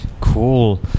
Cool